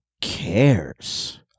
cares